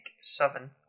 seven